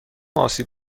آسیب